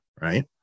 right